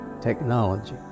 technology